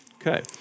Okay